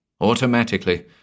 Automatically